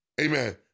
Amen